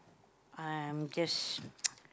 I'm just